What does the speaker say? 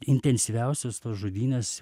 intensyviausios tos žudynės